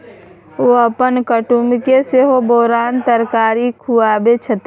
ओ अपन कुटुमके सेहो बोराक तरकारी खुआबै छथि